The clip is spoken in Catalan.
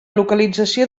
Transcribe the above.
localització